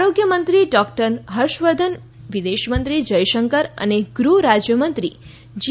આરોગ્યમંત્રી ડોક્ટર હર્ષવર્ધન વિદેશમંત્રી જયશંકર અને ગૃહરાજ્યમંત્રી જી